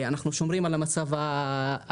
אנחנו שומרים על המצב הקיים.